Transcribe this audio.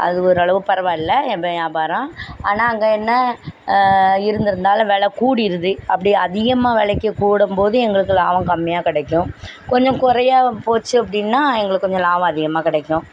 அது ஒரு அளவு பரவாயில்ல எங்கள் மீன் வியாபாரம் ஆனால் அங்கே என்ன இருந்திருந்தாலும் விலை கூடிடுது அப்படி அதிகமாக விலைக்கு கூடும்போது எங்களுக்கு லாபம் கம்மியாக கிடைக்கும் கொஞ்சம் குறையாக போச்சு அப்படினா எங்களுக்கு கொஞ்சம் லாபம் அதிகமாக கிடைக்கும்